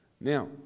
Now